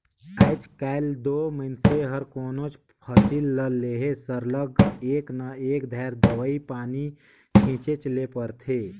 आएज काएल दो मइनसे हर कोनोच फसिल ल लेहे सरलग एक न एक धाएर दवई पानी छींचेच ले परथे